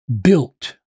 built